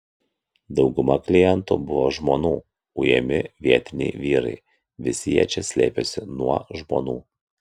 dauguma klientų buvo žmonų ujami vietiniai vyrai visi jie čia slėpėsi nuo žmonų